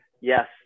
yes